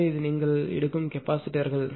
எனவே இது நீங்கள் எடுக்கும் கெபாசிட்டர்கள்